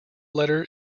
letter